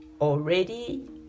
already